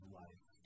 life